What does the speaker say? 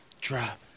Drop